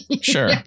sure